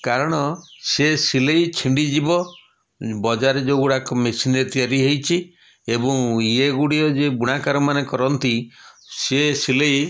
କାରଣ ସେ ସିଲେଇ ଛିଣ୍ଡିଯିବ ବଜାରରେ ଯେଉଁଗୁଡ଼ାକ ମେସିନ୍ରେ ତିଆରି ହେଇଛି ଏବଂ ଏଗୁଡ଼ିକ ଯେଉଁ ବୁଣାକାରମାନେ କରନ୍ତି ସେ ସିଲେଇ